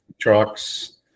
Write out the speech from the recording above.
trucks